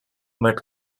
met